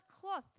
cloth